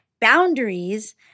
Boundaries